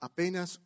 Apenas